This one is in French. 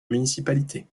municipalité